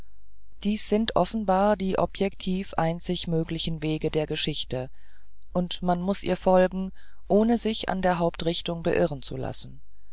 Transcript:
dies sind offenbar die objektiv einzig möglichen wege der geschichte und man muß ihr folgen ohne sich an der hauptrichtung beirren zu lassen